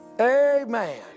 Amen